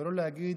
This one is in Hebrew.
ולא להגיד: